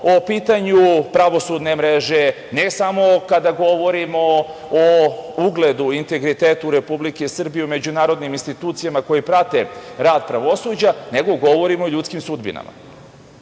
o pitanju pravosudne mreže, ne samo kada govorimo o ugledu i integritetu Republike Srbije u međunarodnim institucijama koji prate rad pravosuđa, nego govorim o ljudskim sudbinama. Hiljadu